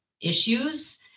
issues